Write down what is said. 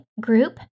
group